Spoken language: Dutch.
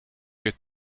weer